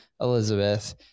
Elizabeth